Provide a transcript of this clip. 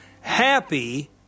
Happy